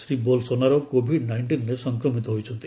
Shri Bolsonaro Covid ନାଇଣ୍ଟିନ୍ରେ ସଂକ୍ରମିତ ହୋଇଛନ୍ତି